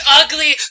ugly